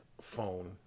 phone